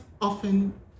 often